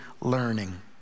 learning